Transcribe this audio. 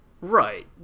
Right